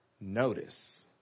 notice